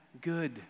good